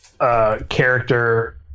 Character